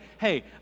hey